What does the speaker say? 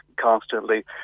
constantly